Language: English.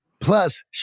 Plus